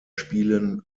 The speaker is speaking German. spielen